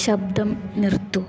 ശബ്ദം നിർത്തുക